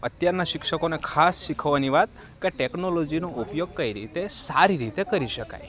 અત્યારના શિક્ષકોને ખાસ શીખવાની વાત કે ટેકનોલોજીનો ઉપયોગ કઈ રીતે સારી રીતે કરી શકાય